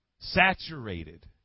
saturated